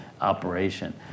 operation